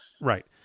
right